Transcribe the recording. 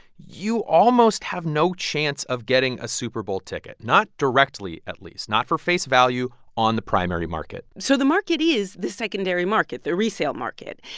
you almost have no chance of getting a super bowl ticket not directly at least not for face value on the primary market so the market is the secondary market the resale market.